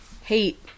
hate